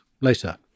later